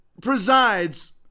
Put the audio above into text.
presides